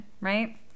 right